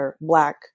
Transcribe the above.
black